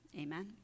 Amen